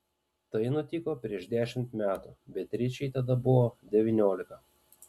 tai nutiko prieš dešimt metų beatričei tada buvo devyniolika